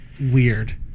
weird